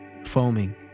foaming